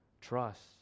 trust